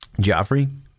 Joffrey